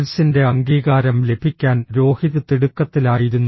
കോഴ്സിന്റെ അംഗീകാരം ലഭിക്കാൻ രോഹിത് തിടുക്കത്തിലായിരുന്നു